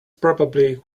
probably